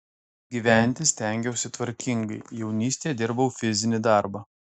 gyventi stengiausi tvarkingai jaunystėje dirbau fizinį darbą